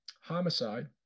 homicide